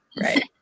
Right